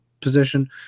position